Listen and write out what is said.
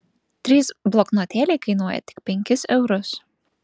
trys bloknotėliai kainuoja tik penkis eurus